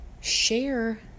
share